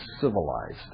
civilized